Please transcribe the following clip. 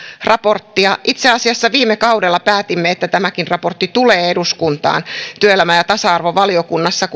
raporttia itse asiassa viime kaudella päätimme että tämäkin raportti tulee eduskuntaan työelämä ja tasa arvovaliokunnassa